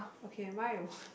okay mine one